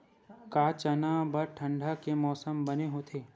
का चना बर ठंडा के मौसम बने होथे?